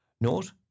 Note